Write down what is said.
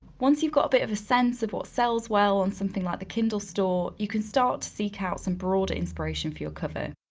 once you've got a bit of a sense of what sells well on something like the kindle store, you can start to seek out some broader inspiration for your cover.